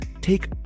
Take